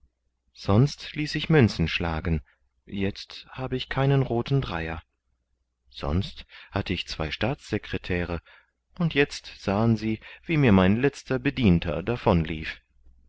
sonst ließ ich münzen schlagen jetzt habe ich keinen rothen dreier sonst hatte ich zwei staatssecretäre und jetzt sahen sie wie mir mein letzter bedienter davon lief